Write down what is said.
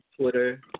Twitter